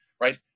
right